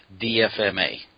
DFMA